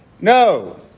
No